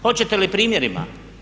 Hoćete li primjerima?